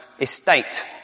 estate